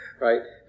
right